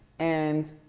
and,